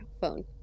phone